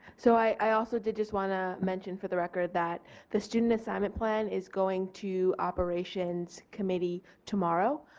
so i also did just want to mention for the record that the student assignment plan is going to operations committee tomorrow.